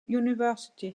university